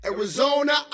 Arizona